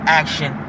action